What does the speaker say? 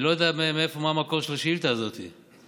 אני לא יודע מה המקור של השאילתה הזאת כי